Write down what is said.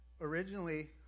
originally